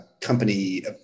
company